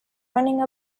running